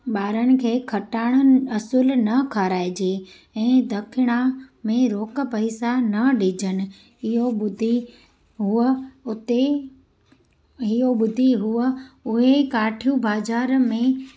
ॿारनि खे खटाइण असुल न खाराए जे ऐं ॾखिणा में रोकु पैसा न ॾिजनि इहो ॿुधी उह हुते इहो ॿुधी हुअ उहे काठियूं बाज़ार में